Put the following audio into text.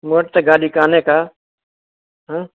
मूं वटि त गाॾी कान्हे का हां